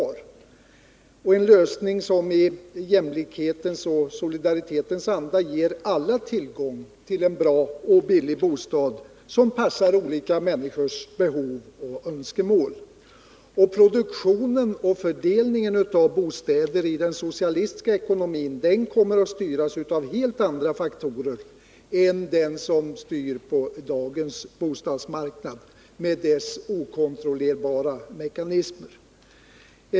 Det är bara den vägen man får en lösning som i jämlikhetens och solidaritetens anda ger alla tillgång till en bra och billig bostad som passar olika människors behov och önskemål. Produktionen och fördelningen av bostäder i den socialistiska ekonomin kommer att styras av helt andra faktorer än de som styr på dagens bostadsmarknad med dess okontrollerbara mekanismer.